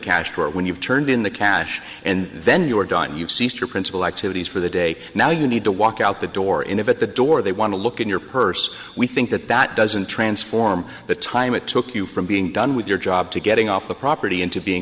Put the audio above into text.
cash or when you've turned in the cash and then you're done you've ceased your principal activities for the day now you need to walk out the door in of it the door they want to look in your purse we think that that doesn't transform the time it took you from being done with your job to getting off the property into being